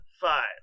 five